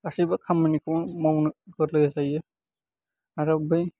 गासैबो खामनिखौनो मावनो गोरलै जायो आरो बै